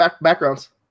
backgrounds